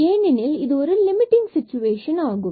ஏனெனில் இது limiting situation ஆகும்